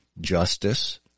justice